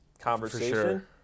conversation